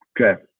Okay